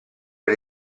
per